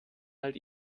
halt